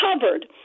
covered